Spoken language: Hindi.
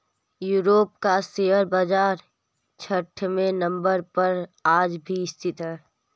यूरोप का शेयर बाजार छठवें नम्बर पर आज भी स्थित है